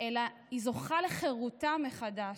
אלא האישה זוכה לחירותה מחדש,